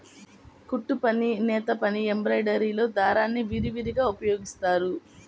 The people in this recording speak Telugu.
కుట్టుపని, నేతపని, ఎంబ్రాయిడరీలో దారాల్ని విరివిగా ఉపయోగిస్తారు